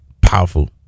Powerful